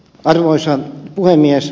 arvoisa puhemies